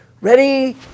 ready